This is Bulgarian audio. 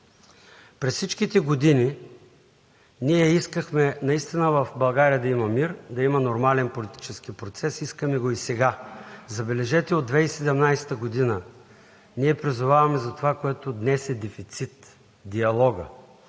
през всичките години ние искахме наистина в България да има мир, да има нормален политически процес. Искаме го и сега. Забележете: от 2017 г. призоваваме за това, което днес е дефицит – диалогът.